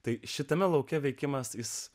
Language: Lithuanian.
tai šitame lauke veikimas jis